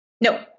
No